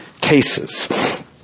cases